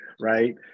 right